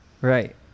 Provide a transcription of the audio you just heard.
Right